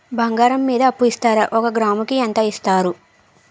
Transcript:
బంగారం మీద అప్పు ఇస్తారా? ఒక గ్రాము కి ఎంత ఇస్తారు?